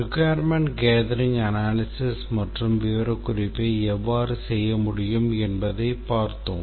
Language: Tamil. Requirements gathering analysis மற்றும் விவரக்குறிப்பை எவ்வாறு செய்ய முடியும் என்பதை பார்த்தோம்